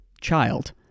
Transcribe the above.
child